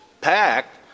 packed